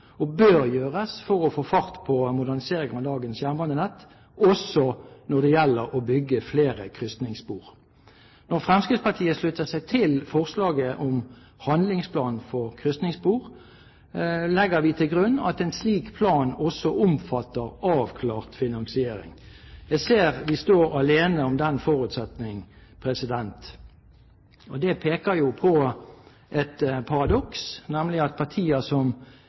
og bør gjøres – for å få fart på moderniseringen av dagens jernbanenett, også når det gjelder å bygge flere krysningsspor. Når Fremskrittspartiet slutter seg til forslaget om handlingsplan for krysningsspor, legger vi til grunn at en slik plan også omfatter avklart finansiering. Jeg ser vi står alene om den forutsetningen. Det peker jo på et paradoks, nemlig at partier som